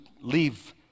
leave